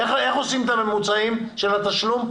ואיך עושים את הממוצעים של התשלום?